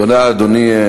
תודה, אדוני.